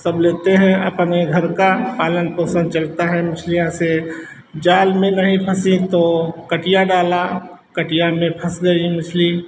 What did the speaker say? सब लेते हैं अपने घर का पालन पोषण चलता है मछलियों से जाल में नहीं फँसी तो कटिया डाला कटिया में फँस गई मछली